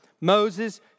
Moses